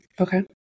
Okay